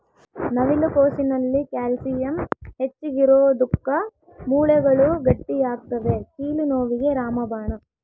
ನವಿಲು ಕೋಸಿನಲ್ಲಿ ಕ್ಯಾಲ್ಸಿಯಂ ಹೆಚ್ಚಿಗಿರೋದುಕ್ಕ ಮೂಳೆಗಳು ಗಟ್ಟಿಯಾಗ್ತವೆ ಕೀಲು ನೋವಿಗೆ ರಾಮಬಾಣ